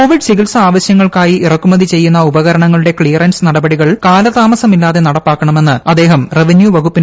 Covid ചികിത്സാവശ്യങ്ങൾക്കായി ഇറക്കുമതി ചെയ്യുന്ന ഉപകരണങ്ങളുടെ ക്സിയറൻസ് നടപടികൾ കാലതാമസമില്ലാതെ നടപ്പാക്കണമെന്ന് അദ്ദേഹം റവന്യൂ വകുപ്പിനോട് ആവശ്യപ്പെട്ടു